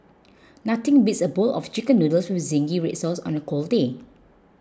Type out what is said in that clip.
nothing beats a bowl of Chicken Noodles with Zingy Red Sauce on a cold day